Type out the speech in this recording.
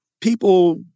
People